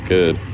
Good